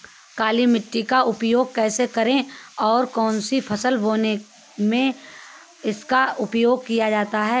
काली मिट्टी का उपयोग कैसे करें और कौन सी फसल बोने में इसका उपयोग किया जाता है?